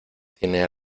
tiene